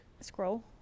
scroll